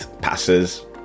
passes